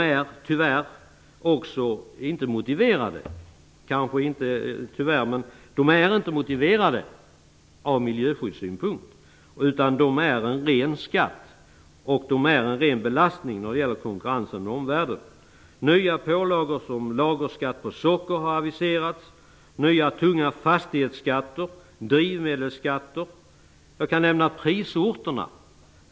Avgifterna är inte motiverade från miljöskyddssynpunkt, utan de är en ren skatt och en ren belastning när det gäller konkurrensen med omvärlden. Nya pålagor har aviserats, såsom lagerskatt på socker, nya tunga fastighetsskatter och drivmedelsskatter. Jag kan också nämna prisorterna.